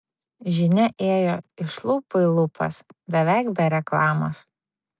žinia ėjo iš lūpų į lūpas beveik be reklamos